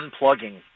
unplugging